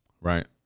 right